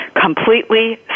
completely